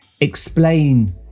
explain